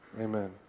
amen